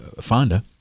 Fonda